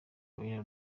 raila